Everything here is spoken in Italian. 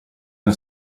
una